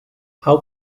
how